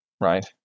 right